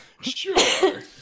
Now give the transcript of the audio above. Sure